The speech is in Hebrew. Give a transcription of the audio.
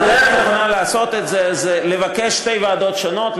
הדרך הנכונה לעשות את זה היא לבקש שתי ועדות שונות,